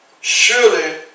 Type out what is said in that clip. Surely